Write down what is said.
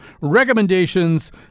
recommendations